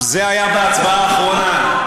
שלוש הצעות חוק ביחד.